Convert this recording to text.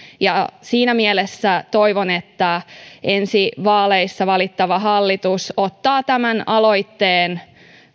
ja siinä mielessä toivon että ensi vaaleissa valittava hallitus ottaa tämän aloitteen